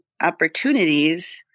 opportunities